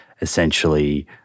essentially